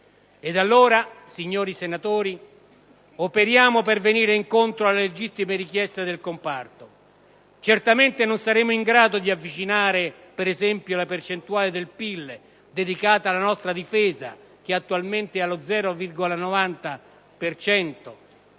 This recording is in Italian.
Allora, signori senatori, operiamo per venire incontro alle legittime richieste del comparto. Certamente non saremo in grado di avvicinare, per esempio, la percentuale del PIL dedicata alla nostra difesa, che attualmente è allo 0,90